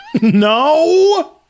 No